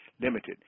limited